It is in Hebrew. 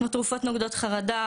כמו תרופות נוגדות חרדה,